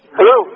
Hello